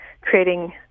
creating